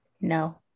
No